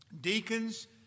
deacons